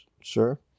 sure